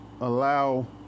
allow